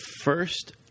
first